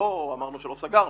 לא אמרנו שלא סגרנו.